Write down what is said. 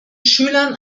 schülern